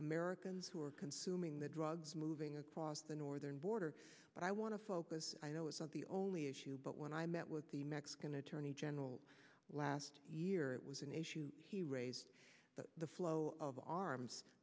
americans who are consuming the drugs moving across the northern border but i want to focus i know it's not the only issue but when i met with the mexican attorney general last year it was an issue he raised but the flow of arms